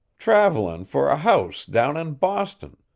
travellin' for a house down in boston,